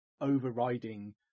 overriding